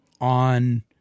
on